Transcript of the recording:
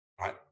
right